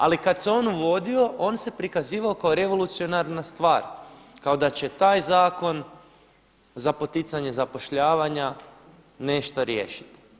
Ali kad se on uvodio on se prikazivao kao revolucionarna stvar, kao da će taj Zakon za poticanje zapošljavanja nešto riješiti.